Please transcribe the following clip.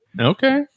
Okay